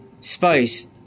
spice